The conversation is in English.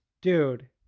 Dude